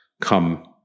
come